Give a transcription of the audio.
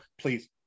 please